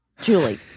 Julie